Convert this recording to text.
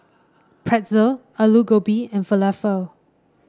Pretzel Alu Gobi and Falafel